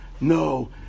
No